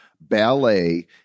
ballet